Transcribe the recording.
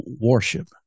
worship